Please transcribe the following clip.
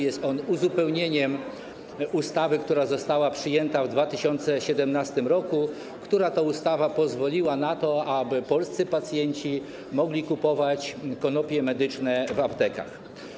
Jest on uzupełnieniem ustawy, która została przyjęta w 2017 r. i która pozwoliła na to, aby polscy pacjenci mogli kupować konopie medyczne w aptekach.